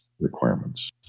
requirements